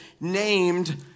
named